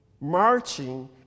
marching